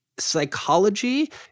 Psychology